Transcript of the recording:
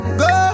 go